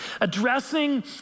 addressing